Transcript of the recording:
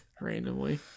Randomly